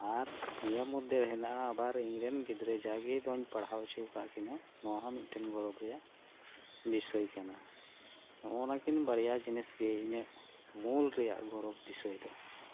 ᱟᱨ ᱱᱤᱭᱟᱹ ᱢᱚᱫᱷᱮᱨᱮ ᱦᱮᱱᱟᱜᱼᱟ ᱤᱧᱨᱮᱱ ᱜᱤᱫᱽᱨᱟᱹ ᱡᱟᱜᱤ ᱫᱚᱧ ᱯᱟᱲᱦᱟᱣ ᱩᱪᱩ ᱟᱠᱟᱫ ᱠᱤᱱᱟᱹ ᱱᱚᱣᱟᱦᱚᱸ ᱢᱤᱫᱴᱮᱱ ᱜᱚᱨᱚᱵᱽ ᱨᱮᱭᱟᱜ ᱵᱤᱥᱚᱭ ᱠᱟᱱᱟ ᱱᱚᱜᱚᱭᱱᱟ ᱠᱤᱱ ᱵᱟᱨᱭᱟ ᱡᱤᱱᱤᱥᱜᱤ ᱤᱧᱟᱹᱜ ᱢᱩᱞ ᱨᱮᱭᱟᱜ ᱜᱚᱨᱚᱵᱽ ᱵᱤᱥᱚᱭ ᱫᱚ